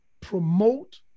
promote